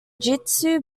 jitsu